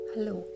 Hello